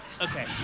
Okay